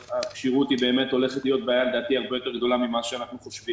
כשהוא ימשיך חזרה מן הסתם תהיה הסתערות גם של